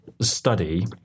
study